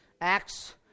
Acts